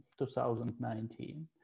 2019